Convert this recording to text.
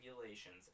regulations